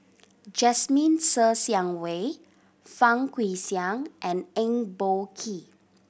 Jasmine Ser Xiang Wei Fang Guixiang and Eng Boh Kee